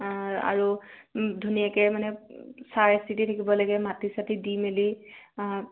অ আৰু ধুনীয়াকৈ মানে চাই চিতি থাকিব লাগে মাটি চাটি দি মেলি